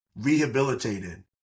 rehabilitated